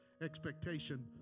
expectation